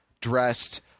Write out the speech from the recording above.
dressed